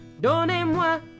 Donnez-moi